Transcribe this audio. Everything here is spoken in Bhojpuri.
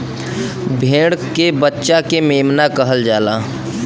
भेड़ के बच्चा के मेमना कहल जाला